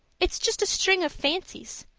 it's just a string of fancies.